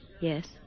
Yes